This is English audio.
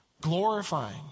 glorifying